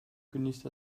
genießt